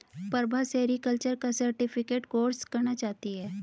Prabha sericulture का certificate course करना चाहती है